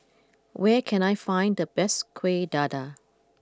where can I find the best Kueh Dadar